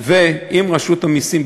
ואם רשות המסים,